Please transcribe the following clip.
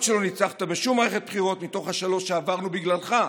שלא ניצחת בשום מערכת בחירות מתוך השלוש שעברנו בגללך,